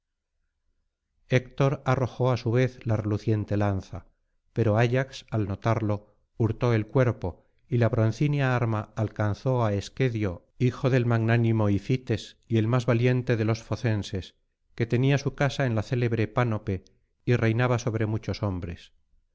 héctor arrojó á su vez la reluciente lanza pero ayax al notarlo hurtó el cuerpo y la broncínea arma alcanzó á esquedio hijo del magnánimo ifites y el más valiente de los focenses que tenía su casa en la célebre pánopé y reinaba sobre muchos hombres